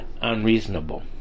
unreasonable